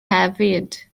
hefyd